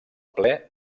ple